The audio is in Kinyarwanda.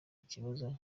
ikibazo